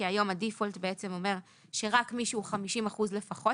כי היום הדיפולט אומר שרק מי שהוא 50% לפחות,